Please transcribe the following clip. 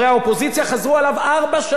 סתימת פיות,